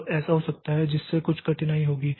तो ऐसा हो सकता है जिससे कुछ कठिनाई होगी